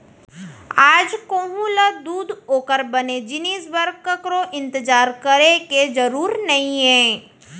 आज कोहूँ ल दूद ओकर बने जिनिस बर ककरो इंतजार करे के जरूर नइये